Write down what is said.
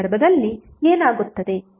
ಆ ಸಂದರ್ಭದಲ್ಲಿ ಏನಾಗುತ್ತದೆ